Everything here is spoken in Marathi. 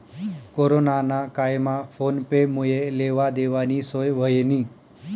कोरोना ना कायमा फोन पे मुये लेवा देवानी सोय व्हयनी